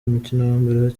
umukino